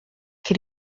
che